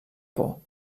por